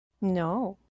No